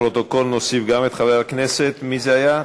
לפרוטוקול נוסיף גם את חבר הכנסת, מי זה היה?